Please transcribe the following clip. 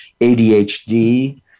ADHD